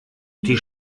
die